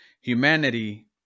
humanity